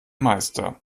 meister